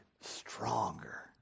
stronger